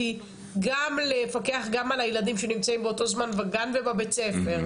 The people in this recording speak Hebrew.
גם לפקח גם על הילדים שנמצאים באותו זמן בגן ובבית ספר?